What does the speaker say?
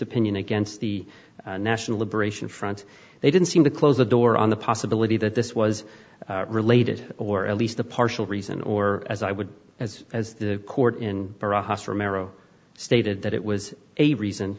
opinion against the national liberation front they didn't seem to close the door on the possibility that this was related or at least a partial reason or as i would as as the court in marrow stated that it was a reason